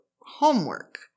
homework